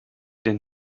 denn